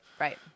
Right